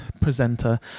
presenter